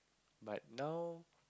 but now